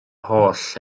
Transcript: holl